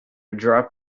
drop